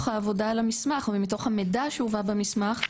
העבודה על המסמך ומתוך המידע שהובא במסמך.